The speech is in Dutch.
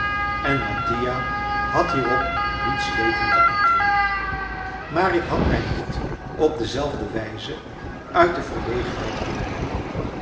en mattia had hierop niets weten te antwoorden maar ik had mij niet op dezelfde wijze uit de verlegenheid kunnen redden